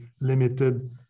limited